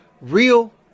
Real